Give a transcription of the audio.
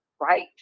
right